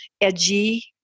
edgy